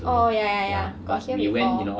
orh ya ya ya ya got hear before